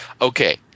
Okay